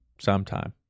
Sometime